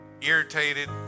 irritated